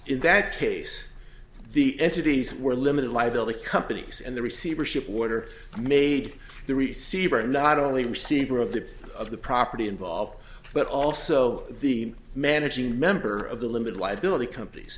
in that case the entities were limited liability companies and the receivership water made the receiver not only receiver of the of the property involved but also the managing member of the limited liability companies